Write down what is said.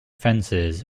fences